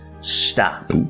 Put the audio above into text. stop